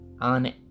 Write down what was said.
on